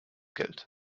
geld